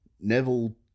Neville